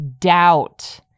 doubt